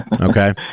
okay